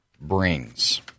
brings